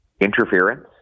interference